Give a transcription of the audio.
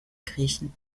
kriechen